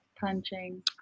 Punching